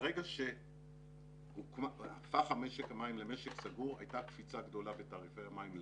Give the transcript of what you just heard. ברגע שהפך משק המים למשק סגור הייתה קפיצה גדולה בתעריפי המים.